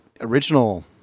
original